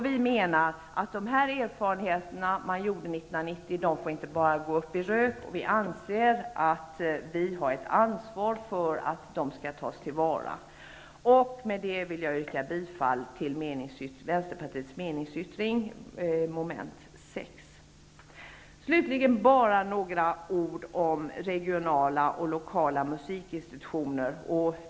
Vi menar att de erfarenheter som gjordes 1990 inte får gå upp i rök, och vi anser att riksdagen har ett ansvar att de tas till vara. Med detta vill jag yrka bifall till Vänsterpartiets meningsyttring vid mom. 6. Slutligen några ord om regionala och lokala musikinstitutioner.